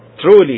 Truly